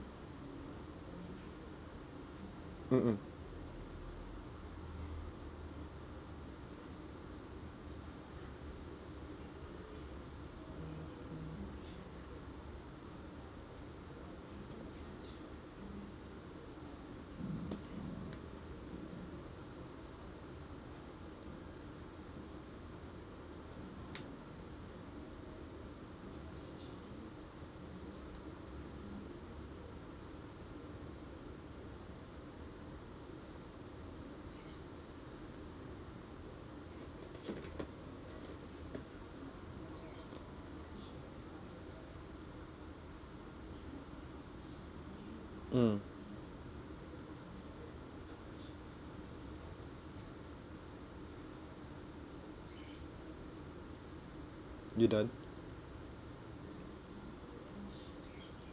mm mm mm you done